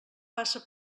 passa